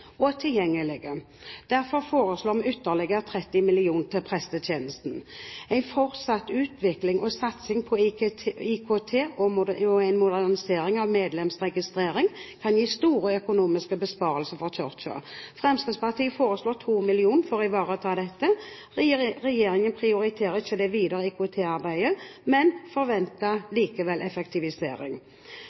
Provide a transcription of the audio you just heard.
og tilgjengelige. Derfor foreslår vi ytterligere 30 mill. kr til prestetjenesten. En fortsatt utvikling og satsing på IKT og en modernisering av medlemsregistreringen kan gi store økonomiske besparelser for Kirken. Fremskrittspartiet foreslår 2 mill. kr for å ivareta dette. Regjeringen prioriterer ikke det videre IKT-arbeidet, men forventer likevel effektivisering.